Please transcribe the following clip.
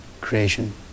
creation